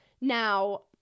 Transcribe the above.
Now